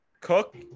Cook